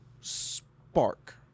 spark